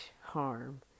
harm